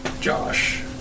Josh